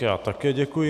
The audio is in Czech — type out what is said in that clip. Já také děkuji.